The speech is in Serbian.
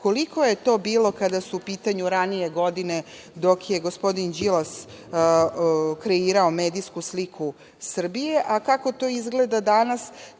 koliko je to bilo kada su u pitanju ranije godine, dok je gospodin Đilas kreirao medijsku sliku Srbije, a kako to izgleda danas,